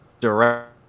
direct